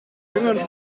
jüngern